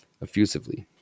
Effusively